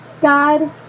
God